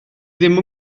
ddim